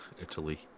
Italy